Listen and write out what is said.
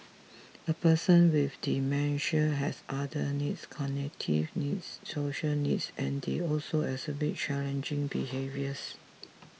a person with dementia has other needs cognitive needs social needs and they also exhibit challenging behaviours